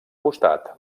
costat